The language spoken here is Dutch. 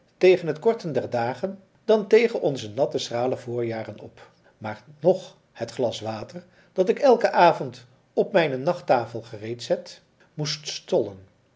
tegen het korten der dagen dan tegen onze natte schrale voorjaren op maar noch het glas water dat ik elken avond op mijne nachttafel gereed zet moest stollen